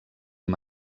amb